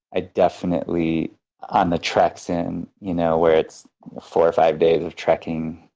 i definitely on the treks in you know where it's four or five days of trekking,